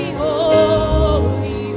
holy